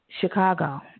Chicago